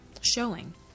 showing